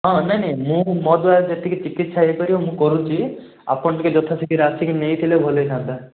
ହଁ ନାଇଁ ନାଇଁ ମୁଁ ମୋ ଦ୍ୱାରା ଯେତିକି ଚିକିତ୍ସା ହେଇପାରିବ ମୁଁ କରୁଛି ଆପଣ ଟିକେ ଯଥା ଶୀଘ୍ର ଆସିକି ନେଇଥିଲେ ଭଲ ହେଇଥାନ୍ତା